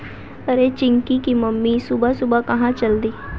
अरे चिंकी की मम्मी सुबह सुबह कहां चल दी?